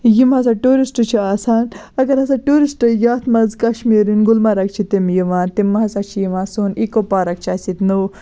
یِم ہسا ٹوٗرِسٹ چھِ آسان اگر ہسا ٹوٗرِسٹ یَتھ منٛز کَشمیٖر یِن گُلمَرگ چھِ تِم یِوان تِم ہسا چھِ یِوان سون ایٖکو پارَک چھِ اَسہِ ییٚتہِ نٔو